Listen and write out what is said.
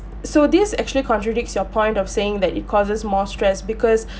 so this actually contradicts your point of saying that it causes more stress because